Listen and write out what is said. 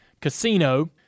casino